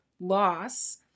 loss